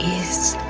is